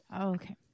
Okay